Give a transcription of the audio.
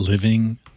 living